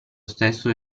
stesso